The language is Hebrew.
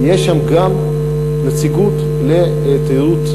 תהיה שם גם נציגות לתיירות דרוזית,